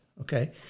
okay